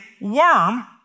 worm